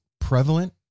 prevalent